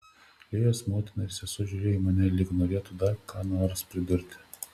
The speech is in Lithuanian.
lėjos motina ir sesuo žiūrėjo į mane lyg norėtų dar ką nors pridurti